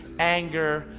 anger,